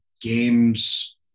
games